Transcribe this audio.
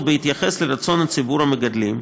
ובהתייחס לרצון ציבור המגדלים,